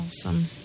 Awesome